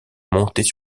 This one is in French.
montées